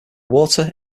water